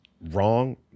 wrong